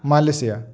Malaysia